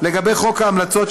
לגבי חוק ההמלצות,